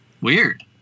Weird